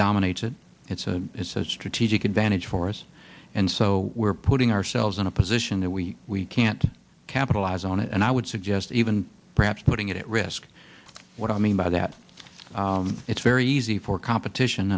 dominates it it's a it's a strategic advantage for us and so we're putting ourselves in a position that we we can't capitalize on it and i would suggest even perhaps putting it at risk what i mean by that it's very easy for competition